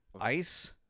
Ice